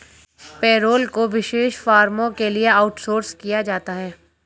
payroll को विशेष फर्मों के लिए आउटसोर्स किया जाता है